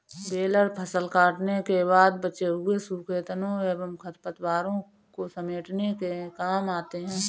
baler फसल कटने के बाद बचे हुए सूखे तनों एवं खरपतवारों को समेटने के काम आते हैं